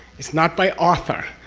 it's not by author,